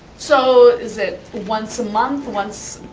so is it once a month? once,